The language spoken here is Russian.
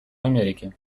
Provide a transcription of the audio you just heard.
америки